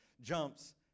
jumps